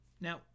Now